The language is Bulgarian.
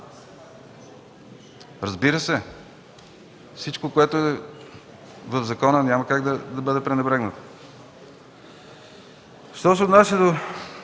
Разбира се, всичко което е в закона няма как да бъде пренебрегнато. Що се отнася до